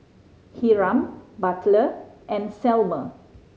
Hiram Butler and Selma